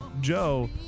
Joe